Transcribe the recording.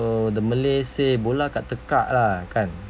so the malay say